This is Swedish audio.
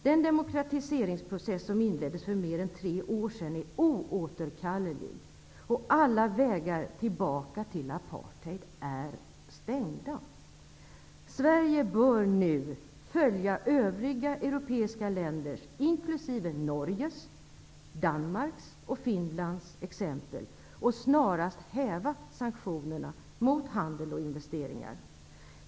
Den demokratiseringsprocess som inleddes för mer är tre år sedan är oåterkallelig. Alla vägar tillbaka till apartheid är stängda. Sverige bör nu följa övriga europeiska länders -- inkl. Norges, Danmarks och Finlands -- exempel och snarast häva sanktionerna mot handel och investeringar.